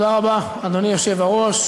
אדוני היושב-ראש,